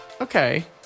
Okay